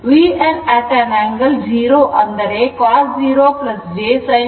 V an angle 0 ಅಂದರೆ cos 0 j sin 0 ಎಂದು ಅರ್ಥ